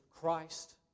Christ